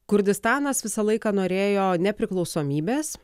kurdistanas visą laiką norėjo nepriklausomybės